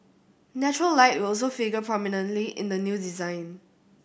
natural light will also figure prominently in the new design